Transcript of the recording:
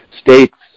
states